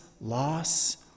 loss